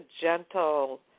gentle